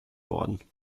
worden